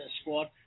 squad